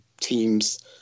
teams